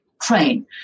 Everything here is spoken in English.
train